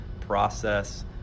process